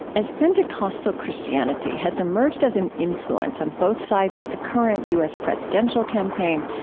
as pentecostal christianity has emerged as an influence on both sides of the current u s. presidential campaign,